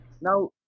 Now